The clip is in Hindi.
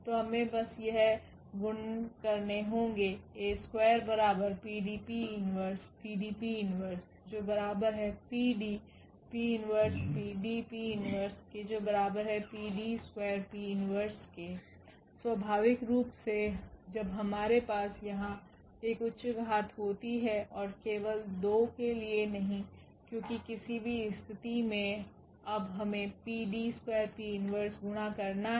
तो हमे बस यह गुणन करने होगे स्वाभाविक रूप से जब हमारे पास यहाँ एक उच्च घात होती है और केवल दो के लिए नहीं क्योंकि किसी भी स्थिति में अब हमें 𝑃𝐷2𝑃−1 गुणा करना है